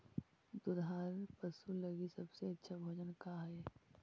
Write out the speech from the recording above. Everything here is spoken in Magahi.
दुधार पशु लगीं सबसे अच्छा भोजन का हई?